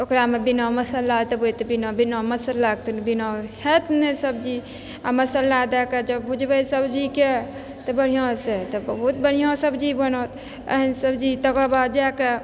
तऽ ओकरामे बिना मसाला देबय तऽ बिना बिना मसालाके तऽ बिना हैत नहि सब्जी आओर मसाला दए कऽ जँ भुजबै सब्जीके तऽ बढ़िआँसँ तऽ बहुत बढ़िआँ सब्जी बनत एहन सब्जी तकरबाद जाकऽ